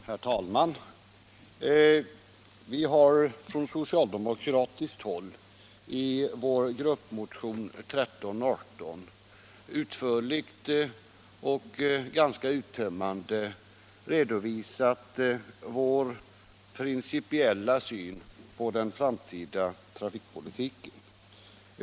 Herr talman! Vi har från socialdemokratiskt håll i vår gruppmotion 1318 utförligt och ganska uttömmande redovisat vår principiella syn på den framtida trafikpolitiken.